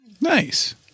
Nice